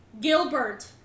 Gilbert